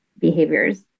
behaviors